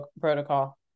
protocol